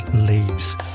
leaves